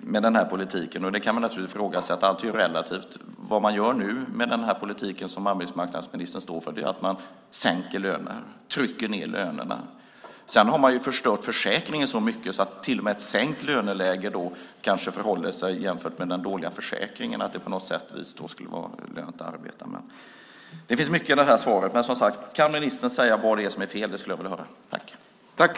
med den här politiken. Det kan man naturligtvis ifrågasätta. Allt är ju relativt. Det man gör nu med den politik som arbetsmarknadsministern står för är att man sänker löner, trycker ned lönerna. Sedan har man ju förstört försäkringen så mycket att till och med ett sänkt löneläge kanske förhåller sig så till den dåliga försäkringen att det på något sätt skulle vara lönt att arbeta. Det finns mycket i det här svaret, men kan ministern säga vad det är som är fel? Det skulle jag vilja höra.